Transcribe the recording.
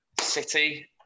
City